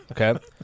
Okay